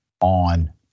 on